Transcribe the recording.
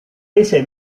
ese